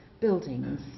buildings